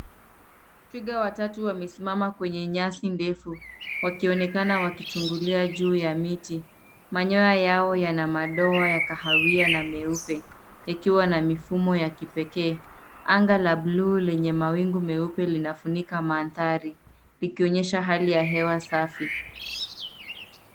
Twiga watatu wamesimama kwenye nyasi ndefu wakionekana wakichungulia juu ya miti. Manyoya yao yana madoa ya kahawia na mieupe, ikiwa na mifumo ya kipekee. Anga la bluu lenye mawingu meupe linafunika mandhari, ikionyesha hali ya hewa safi.